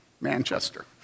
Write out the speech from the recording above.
Manchester